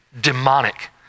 demonic